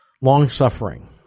long-suffering